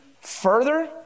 further